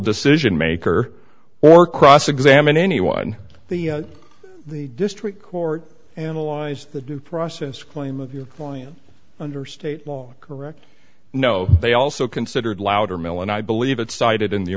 decision maker or cross examine anyone the the district court analyzed the due process claim of your client under state law correct no they also considered louder mill and i believe it cited in the